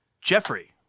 Jeffrey